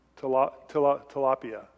tilapia